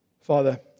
Father